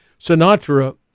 Sinatra